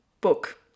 book